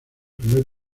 primer